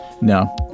No